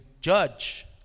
judge